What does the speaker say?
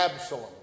Absalom